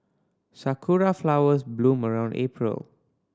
sakura flowers bloom around April